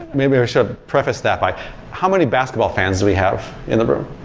maybe i should preface that by how many basketball fans do we have in the room?